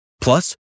Plus